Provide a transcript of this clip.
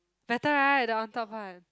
better right the on top part